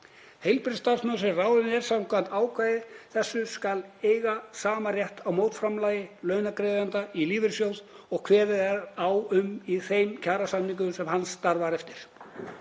Heilbrigðisstarfsmaður sem ráðinn er samkvæmt ákvæði þessu skal eiga sama rétt á mótframlagi launagreiðanda í lífeyrissjóð og kveðið er á um í þeim kjarasamningi sem hann starfar eftir.